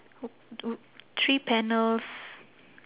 w~ w~ three panels